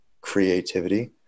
creativity